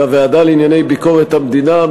בוועדה לענייני ביקורת המדינה,